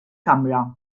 kamra